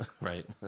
right